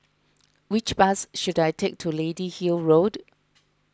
which bus should I take to Lady Hill Road